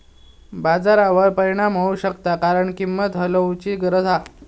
बाजारावर परिणाम होऊ शकता कारण किंमत हलवूची गरज हा